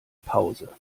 pause